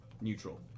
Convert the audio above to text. neutral